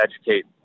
educate